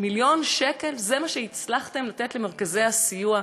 מיליון שקל, זה מה שהצלחתם לתת למרכזי הסיוע?